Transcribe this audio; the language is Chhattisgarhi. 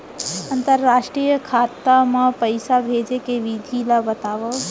अंतरराष्ट्रीय खाता मा पइसा भेजे के विधि ला बतावव?